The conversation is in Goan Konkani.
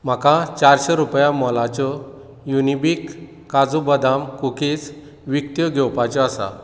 म्हाका चारशे रुपया मोलाच्यो युनिबीक काजू बदाम कुकीज विकत्यो घेवपाच्यो आसा